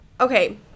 okay